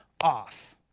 off